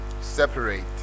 separate